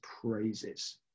praises